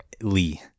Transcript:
Lee